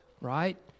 right